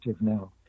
now